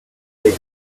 day